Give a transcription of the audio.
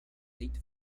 legt